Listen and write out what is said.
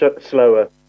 slower